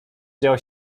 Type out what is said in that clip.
działo